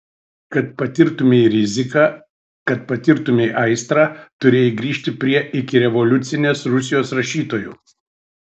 kad patirtumei riziką kad patirtumei aistrą turėjai grįžti prie ikirevoliucinės rusijos rašytojų